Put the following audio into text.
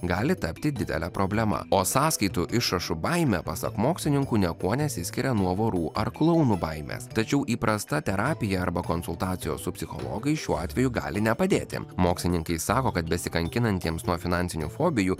gali tapti didele problema o sąskaitų išrašų baimė pasak mokslininkų niekuo nesiskiria nuo vorų ar klounų baimės tačiau įprasta terapija arba konsultacijos su psichologais šiuo atveju gali nepadėti mokslininkai sako kad besikankinantiems nuo finansinių fobijų